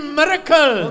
miracle